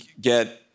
get